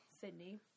Sydney